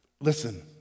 Listen